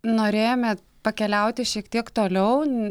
norėjome pakeliauti šiek tiek toliau